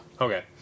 Okay